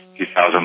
2,000